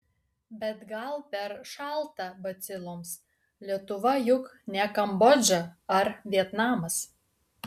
bet gal per šalta baciloms lietuva juk ne kambodža ar vietnamas